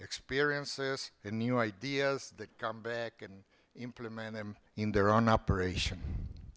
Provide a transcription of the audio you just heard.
experience this new ideas that come back and implement them in their own operation